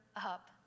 up